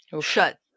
shut